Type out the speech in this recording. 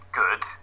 good